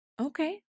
okay